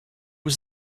was